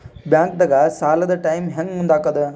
ಬ್ಯಾಂಕ್ದಾಗ ಸಾಲದ ಟೈಮ್ ಹೆಂಗ್ ಮುಂದಾಕದ್?